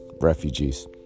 refugees